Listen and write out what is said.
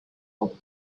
hole